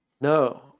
No